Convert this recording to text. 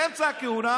באמצע הכהונה